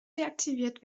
deaktiviert